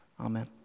Amen